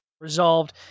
resolved